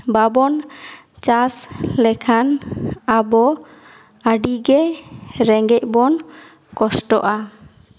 ᱵᱟᱵᱚᱱ ᱪᱟᱥ ᱞᱮᱠᱷᱟᱱ ᱟᱵᱚ ᱟᱹᱰᱤ ᱜᱮ ᱨᱮᱸᱜᱮᱡ ᱵᱚᱱ ᱠᱚᱥᱴᱚᱜᱼᱟ